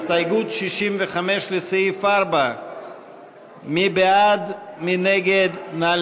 הסתייגות 64 לסעיף 4 לא התקבלה.